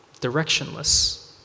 directionless